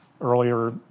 earlier